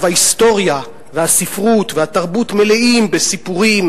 ההיסטוריה והספרות והתרבות מלאות בסיפורים